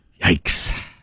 Yikes